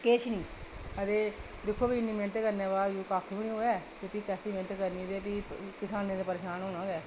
ते किश बी निं ते दिक्खो इन्नी मैह्नत करने दे बाद कक्ख बी निं होऐ ते भी कैसी मैह्नत करनी ते भी करसानें ते परेशान होना गै